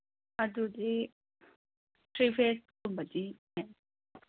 ꯑꯗꯨꯗꯤ ꯊ꯭ꯔꯤ ꯐꯦꯁꯀꯨꯝꯕꯗꯤ